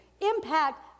impact